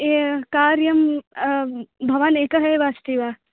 ये कार्यं भवान् एकः एव अस्ति वा